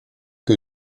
que